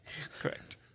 Correct